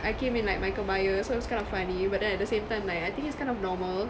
I came in like my kebaya so it's kind of funny but then at the same time like I think it's kind of normal